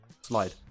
Slide